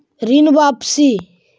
ऋण वापसी?